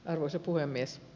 arvoisa puhemies